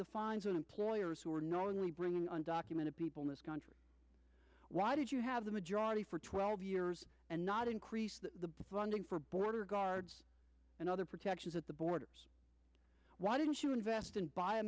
the fines on employers who are knowingly bringing undocumented people in this country why did you have the majority for twelve years and not increase the funding for border guards and other protections at the border why didn't you invest in